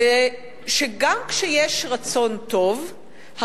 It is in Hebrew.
היא שגם כשיש רצון טוב,